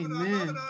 Amen